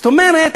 זאת אומרת,